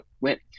went